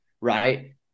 right